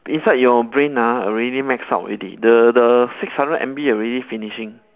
inside your brain ah already maxed out already the the six hundred M_B already finishing